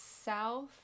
south